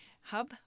hub